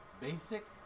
basic